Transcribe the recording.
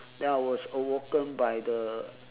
then I was awoken by the